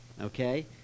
okay